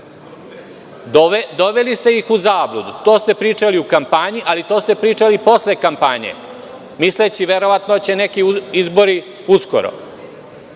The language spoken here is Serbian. Doveli ste ih u zabludu. To ste pričali u kampanji, a to ste pričali i posle kampanje, misleći verovatno da će neki izbori uskoro.